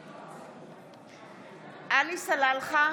בעד עלי סלאלחה,